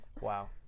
wow